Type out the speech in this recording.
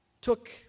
took